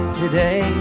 today